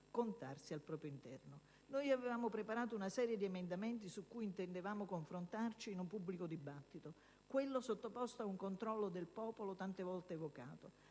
contarsi al proprio interno. Noi avevamo preparato una serie di emendamenti su cui intendevamo confrontarci in un pubblico dibattito, quello sottoposto ad un controllo del popolo, tante volte evocato;